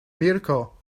mirco